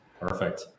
Perfect